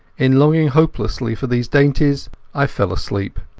in longing hopelessly for these dainties i fell asleep.